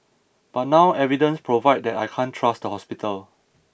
but now evidence provide that I can't trust the hospital